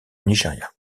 nigeria